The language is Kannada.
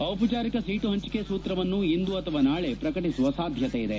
ಔಪಚಾರಿಕ ಸೀಟು ಹಂಚಿಕೆ ಸೂತ್ರವನ್ನು ಇಂದು ಅಥವಾ ನಾಳೆ ಪ್ರಕಟಿಸುವ ಸಾಧ್ಯತೆಯಿದೆ